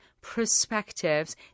perspectives